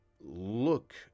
look